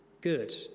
good